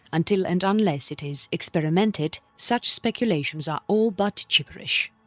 until and unless it is experimented such speculations are all but gibberish.